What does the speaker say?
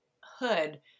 Hood